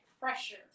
pressure